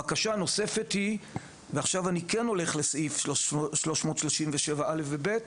בקשה נוספת ועכשיו אני כן הולך לסעיף 337(א) ו-337(ב)